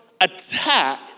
attack